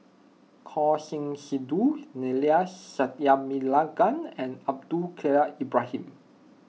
Choor Singh Sidhu Neila Sathyalingam and Abdul Kadir Ibrahim